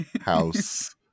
House